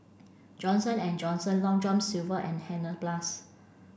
Johnson and Johnson Long John Silver and Hansaplast